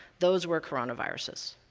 those were coronaviruses,